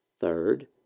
Third